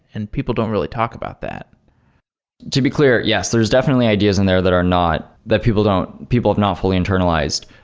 and people don't really talk about that to be clear, yes, there's definitely ideas in there that are not that people don't people have not fully internalized.